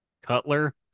Cutler